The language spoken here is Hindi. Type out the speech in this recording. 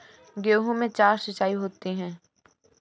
गेहूं में चार सिचाई होती हैं